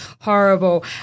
horrible